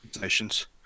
Nations